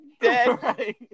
dead